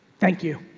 thank you.